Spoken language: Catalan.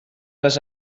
les